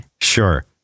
sure